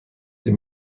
die